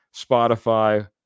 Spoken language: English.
Spotify